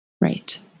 Right